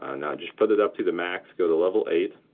ah now just put it up to the max, go to level eight.